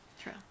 True